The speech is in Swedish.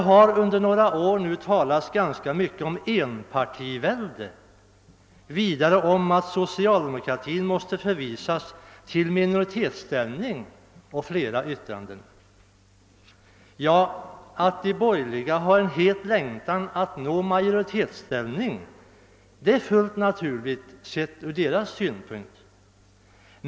Under flera år har det talats rätt mycket om enpartivälde, om att socialdemokratin måste förvisas till minoritetsställning o. s. v. Att de borgerliga har en het längtan att nå majoritetsställning är fullt naturligt.